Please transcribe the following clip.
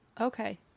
okay